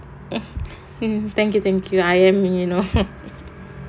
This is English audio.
mm thank you thank you I am you know